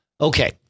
Okay